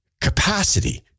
capacity